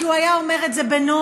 כי הוא היה אומר את זה בנועם,